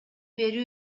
берүү